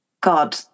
God